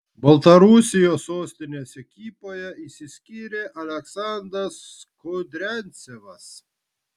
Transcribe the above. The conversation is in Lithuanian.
baltarusijos sostinės ekipoje išsiskyrė aleksandras kudriavcevas